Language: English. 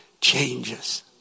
changes